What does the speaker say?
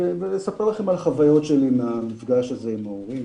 ולספר לכם על חוויות שלי מהמפגש הזה עם הורים.